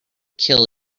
kill